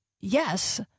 yes